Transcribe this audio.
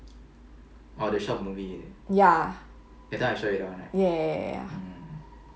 ya ya ya ya ya ya